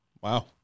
Wow